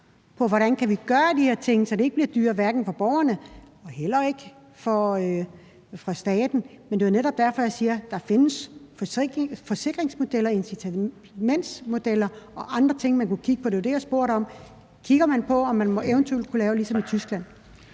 hvordan vi kan gøre de her ting, så det ikke bliver dyrere for hverken borgerne eller staten. Men det er jo netop derfor, jeg siger, at der findes forsikringsmodeller, incitamentsmodeller og andre ting, man kunne kigge på. Det var det, jeg spurgte om. Kigger man på, om man eventuelt kunne gøre det ligesom i Tyskland?